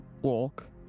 walk